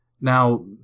Now